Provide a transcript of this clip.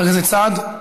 סעד,